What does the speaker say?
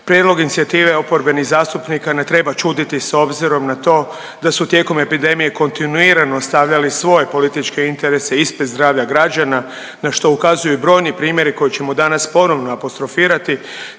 Prijedlog inicijative oporbenih zastupnika ne treba čuditi s obzirom na to da su tijekom epidemije kontinuirano stavljali svoje političke interese ispred zdravlja građana, na što ukazuju i brojni primjeri koje ćemo danas ponovno apostrofirati